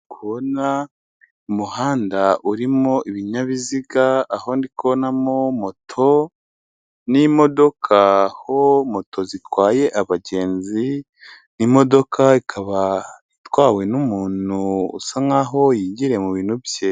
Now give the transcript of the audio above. Kubona umuhanda urimo ibinyabiziga, aho ndi kubonamo moto n'imodoka, aho moto zitwaye abagenzi, n' imodoka ikaba itwawe n'umuntu usa nk'aho yigiriye mu bintu bye.